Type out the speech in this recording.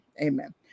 amen